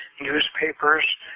newspapers